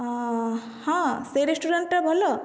ହଁ ହଁ ସେ ରେଷ୍ଟୁରାଣ୍ଟ୍ଟା ଭଲ